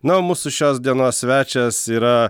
na o mūsų šios dienos svečias yra